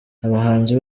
abahanzi